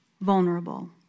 vulnerable